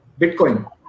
Bitcoin